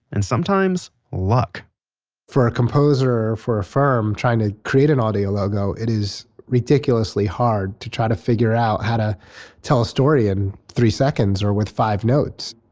and sometimes luck for a composer, or for a firm trying to create an audio logo, it is ridiculously hard to try to figure out how to tell a story in three seconds, or with five notes.